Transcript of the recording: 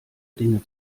dinge